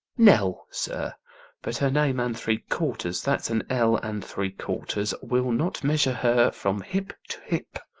nell, sir but her name and three quarters, that's an ell and three quarters, will not measure her from hip to hip.